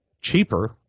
cheaper